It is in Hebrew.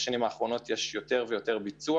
בשנים האחרונות יש יותר ויותר ביצוע